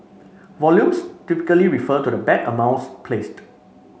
volumes typically refer to the bet amounts placed